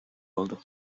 oldu